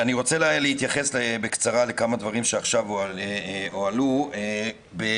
אני רוצה להתייחס בקצרה לכמה דברים שהועלו עכשיו: בינואר,